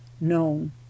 known